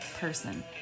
person